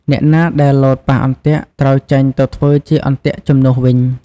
អ្នកណាដែលលោតប៉ះអន្ទាក់ ត្រូវចេញទៅធ្វើជាអន្ទាក់ជំនួសវិញ ។